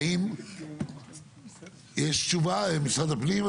האם יש תשובה משרד הפנים?